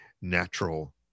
natural